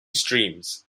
streams